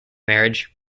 marriage